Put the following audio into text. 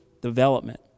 development